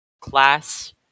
class